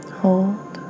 hold